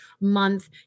month